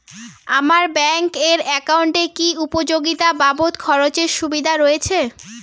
আমার ব্যাংক এর একাউন্টে কি উপযোগিতা বাবদ খরচের সুবিধা রয়েছে?